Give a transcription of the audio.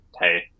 Hey